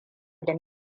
da